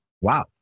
Wow